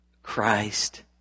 Christ